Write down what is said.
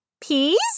peas